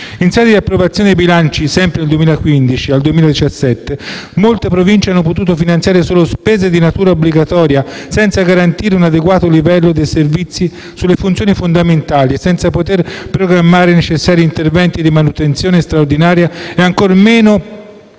In sede di approvazione dei bilanci dal 2015 al 2017 molte Province hanno potuto finanziare solo spese di natura obbligatoria, senza garantire un adeguato livello dei servizi sulle funzioni fondamentali e senza poter programmare i necessari interventi di manutenzione straordinaria e ancor meno